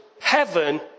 heaven